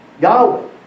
Yahweh